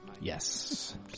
Yes